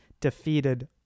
Defeated